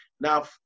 Now